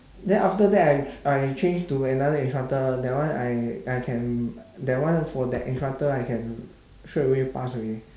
then after that I I change to another instructor that one I I can that one for that instructor I can straight away pass already